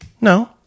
No